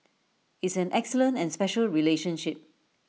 it's an excellent and special relationship